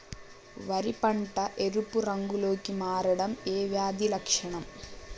వరి పంట ఎరుపు రంగు లో కి మారడం ఏ వ్యాధి లక్షణం?